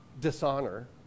dishonor